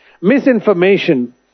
Misinformation